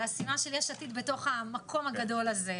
על השימה של יש עתיד בתוך המקום הגדול הזה,